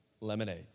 lemonade